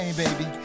baby